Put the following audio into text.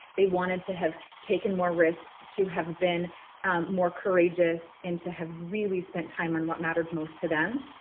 they wanted to have taken more risks, to have been more courageous and to have really spent time on what mattered most to them.